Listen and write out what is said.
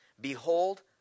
Behold